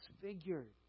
disfigured